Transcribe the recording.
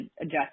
adjust